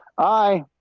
aye,